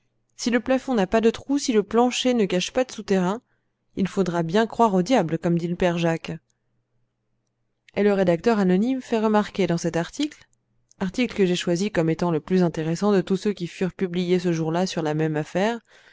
si le plafond n'a pas de trou si le plancher ne cache pas de souterrain il faudra bien croire au diable comme dit le père jacques et le rédacteur anonyme fait remarquer dans cet article article que j'ai choisi comme étant le plus intéressant de tous ceux qui furent publiés ce jour-là sur la même affaire